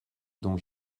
dont